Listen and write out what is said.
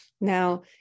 Now